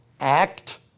act